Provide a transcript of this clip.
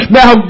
now